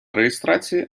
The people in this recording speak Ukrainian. реєстрації